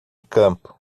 campo